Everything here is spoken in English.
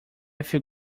feel